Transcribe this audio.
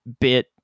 bit